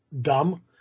dumb